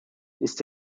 ist